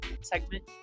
segment